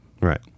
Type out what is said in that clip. Right